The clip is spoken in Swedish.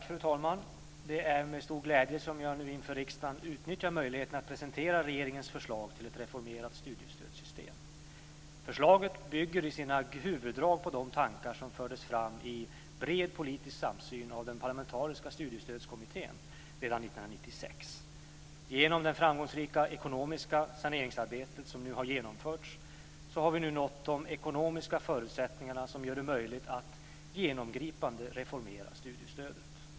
Fru talman! Det är med stor glädje som jag nu inför riksdagen utnyttjar möjligheten att presentera regeringens förslag till ett reformerat studiestödssystem. Förslaget bygger i sina huvuddrag på de tankar som fördes fram i bred politisk samsyn av den parlamentariska studiestödskommittén redan 1996. Genom det framgångsrika ekonomiska saneringsarbete som genomförts har vi nu nått de ekonomiska förutsättningar som gör det möjligt att genomgripande reformera studiestödet.